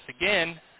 again